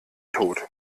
tod